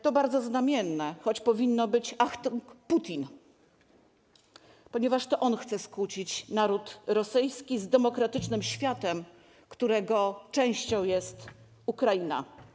To bardzo znamienne, choć powinno być: Achtung Putin, ponieważ to on chce skłócić naród rosyjski z demokratycznym światem, którego częścią jest Ukraina.